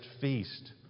feast